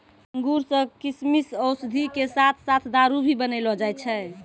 अंगूर सॅ किशमिश, औषधि के साथॅ साथॅ दारू भी बनैलो जाय छै